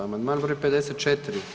Amandman broj 54.